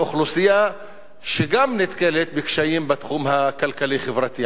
מאוכלוסייה שגם היא נתקלת בקשיים בתחום הכלכלי-חברתי.